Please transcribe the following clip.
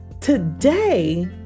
today